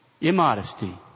immodesty